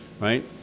right